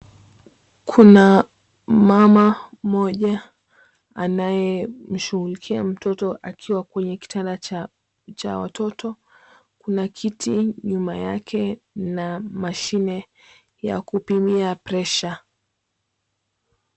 Kuna mama mmoja anayeshughulikia mtoto akiwa kwenye kitanda cha watoto, kuna kiti nyuma yake na mashine ya kupimia pressure .